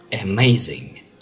amazing